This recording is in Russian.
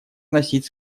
вносить